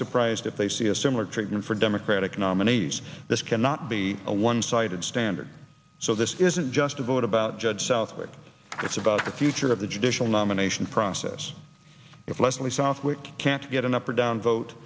surprised if they see a similar treatment for democratic nominees this cannot be a one sided standard so this isn't just a vote about judge southwick it's about the future of the judicial nomination process if leslie southwick can't get an up or down vote